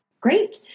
Great